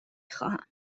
خواهم